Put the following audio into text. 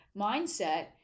mindset